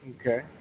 Okay